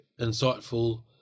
insightful